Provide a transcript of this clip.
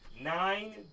nine